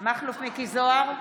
מכלוף מיקי זוהר,